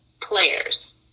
players